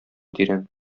тирән